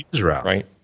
right